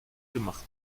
gemacht